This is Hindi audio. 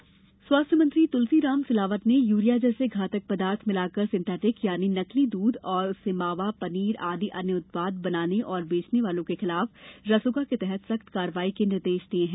मिलावटी दुध स्वास्थ्य मंत्री तूलसीराम सिलावट ने यूरिया जैसे घातक पदार्थ मिलाकर सिंथेटिक दूध और उससे मावा पनीर आदि अन्य उत्पाद बनाने और बेचने वालों के विरुद्ध रासुका के तहत सख्त कार्यवाही के निर्देश दिये हैं